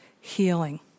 healing